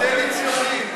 נותן לי ציונים.